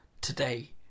today